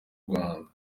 rwanda